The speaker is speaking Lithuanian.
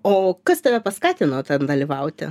o kas tave paskatino dalyvauti